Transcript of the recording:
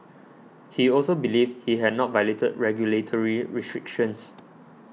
he also believed he had not violated regulatory restrictions